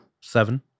Seven